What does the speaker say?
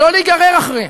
ולא להיגרר אחריה,